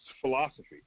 philosophy